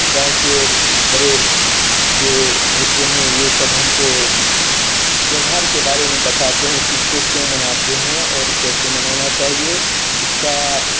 गाँव के बड़े जो होते हैं वो सब हमको इस त्योहार के बारे में बताते हैं कि इसको क्यों मनाते हैं और कैसे मनाना चाहिए इसका